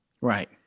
Right